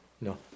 no